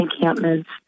encampments